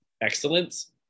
excellence